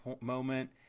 moment